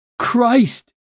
Christ